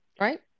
right